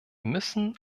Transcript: müssen